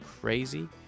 crazy